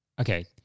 Okay